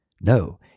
No